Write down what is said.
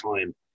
time